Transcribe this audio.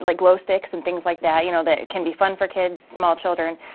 like glow sticks and things like that you know that can be fun for kids, small children,